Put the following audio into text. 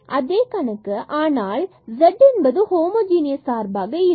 அதே கணக்கு ஆனால் z என்பது ஹோமோஜனியஸ் சார்பாக இல்லை